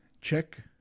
check